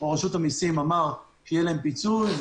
או רשות המסים אמר שיהיה להן פיצוי,